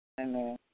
Amen